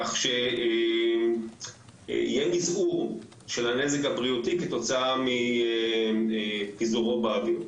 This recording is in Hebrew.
כך שיהיה מזעור של הנזק הבריאותי כתוצאה מפיזורו באוויר.